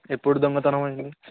ఎప్పుడు దొంగతనం అండి